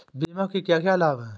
बीमा के क्या क्या लाभ हैं?